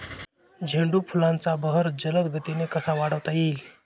झेंडू फुलांचा बहर जलद गतीने कसा वाढवता येईल?